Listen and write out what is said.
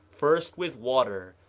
first with water,